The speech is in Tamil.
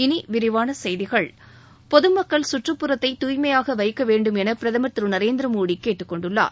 இனி விரிவான செய்திகள் பொதுமக்கள் கற்றுப் புறத்தை தூய்மையாக வைக்க வேண்டும் என பிரதமர் திரு நரேந்திரமோடி கேட்டுக் கொண்டுள்ளார்